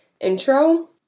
intro